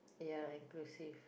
yeah inclusive